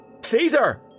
Caesar